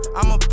I'ma